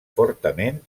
fortament